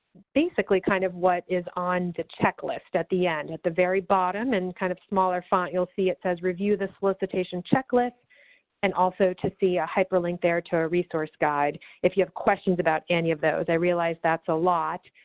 basically kind of what is on the checklist at the end, at the very bottom, and kind of smaller font, you'll see it says review the solicitation checklist and also to see a hyperlink there to our resource guide. if you have questions about any of those, i realize that's a lot.